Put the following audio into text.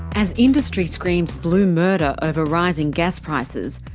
as industry screams blue murder over rising gas prices,